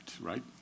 right